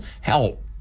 help